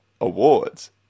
Awards